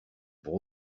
pour